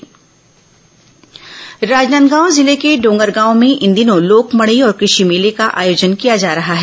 लोक मडई कृषि मेला राजनांदगांव जिले के डोंगरगांव में इन दिनों लोक मड़ई और कृषि मेले का आयोजन किया जा रहा है